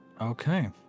Okay